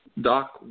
Doc